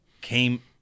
came